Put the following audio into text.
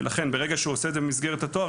לכן ברגע שהוא עושה את זה במסגרת התואר,